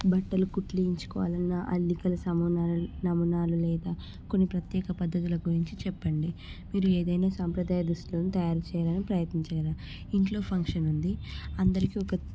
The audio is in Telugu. బట్టలు కుట్లు వేయించుకోవాలన్నా అల్లికలు సమూనాలు నమూనాలు లేదా కొన్ని ప్రత్యేక పద్ధతుల గురించి చెప్పండి మీరు ఏదైనా సంప్రదాయ దుస్తులను తయారు చేయాలని ప్రయత్నించారా ఇంట్లో ఫంక్షన్ ఉంది అందరికి ఒక